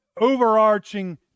overarching